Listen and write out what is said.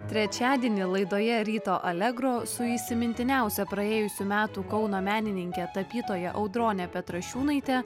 trečiadienį laidoje ryto allegro su įsimintiniausia praėjusių metų kauno menininke tapytoja audrone petrašiūnaite